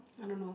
I don't know